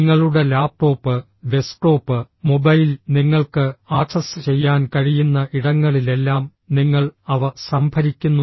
നിങ്ങളുടെ laptop desktop mobile നിങ്ങൾക്ക് access ചെയ്യാൻ കഴിയുന്ന ഇടങ്ങളിലെല്ലാം നിങ്ങൾ അവ സംഭരിക്കുന്നു